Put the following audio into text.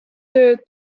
tööd